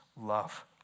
love